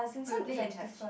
oh you play in church